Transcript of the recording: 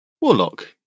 Warlock